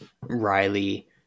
Riley